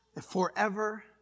forever